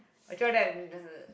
I cho~ th~